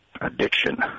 Addiction